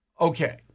Okay